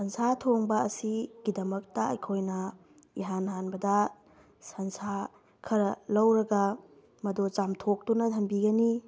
ꯁꯟꯁꯥ ꯊꯣꯡꯕ ꯑꯁꯤꯒꯤꯗꯃꯛꯇ ꯑꯩꯈꯣꯏꯅ ꯏꯍꯥꯟ ꯍꯥꯟꯕꯗ ꯁꯟꯁꯥ ꯈꯔ ꯂꯧꯔꯒ ꯃꯗꯣ ꯆꯥꯝꯊꯣꯛꯇꯨꯅ ꯊꯝꯕꯤꯒꯅꯤ